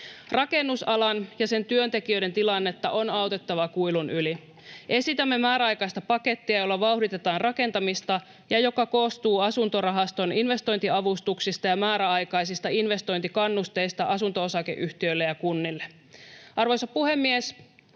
Rakennusalan ja sen työntekijöiden tilannetta on autettava kuilun yli. Esitämme määräaikaista pakettia, jolla vauhditetaan rakentamista ja joka koostuu asuntorahaston investointiavustuksista ja määräaikaisista investointikannusteista asunto-osakeyhtiöille ja kunnille. Arvoisa puhemies!